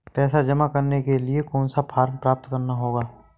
पैसा जमा करने के लिए कौन सा फॉर्म प्राप्त करना होगा?